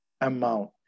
amount